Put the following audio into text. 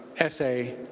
essay